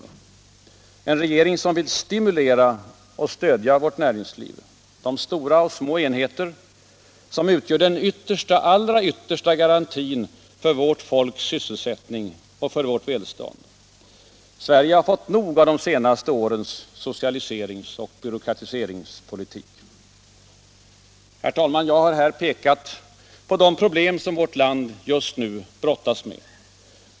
Det är en regering som vill stödja och stimulera vårt näringsliv — de stora och små enheter som utgör den allra yttersta garantin för vårt folks sysselsättning och för vårt välstånd. Sverige har fått nog av de senaste årens socialiserings och byråkratiseringspolitik. Herr talman! Jag har här pekat på de problem som vårt land i dagsläget brottas med.